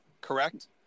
correct